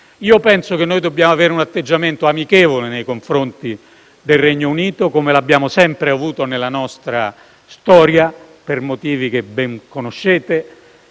Penso che noi dobbiamo un atteggiamento amichevole nei confronti del Regno Unito, come l'abbiamo sempre avuto nella nostra storia, per motivi che ben conoscete,